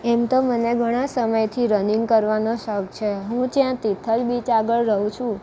એમતો મને ઘણાં સમયથી રનિંગ કરવાનો શોખ છે હું જ્યાં તિથલ બીચ આગળ રહું છું